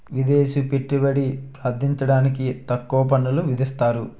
విదేశీ పెట్టుబడి ప్రార్థించడానికి తక్కువ పన్నులు విధిస్తారు